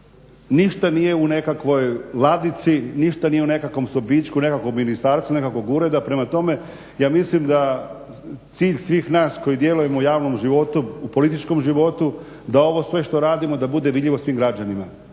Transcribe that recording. Ništa nije u nekakvoj ladici, ništa nije u nekakvom sobičku, nekakvom ministarstvu, nekakvog ureda. Prema tome, ja mislim da cilj svih nas koji djelujemo u javnom životu u političkom životu da ovo sve što radimo da bude vidljivo svim građanima.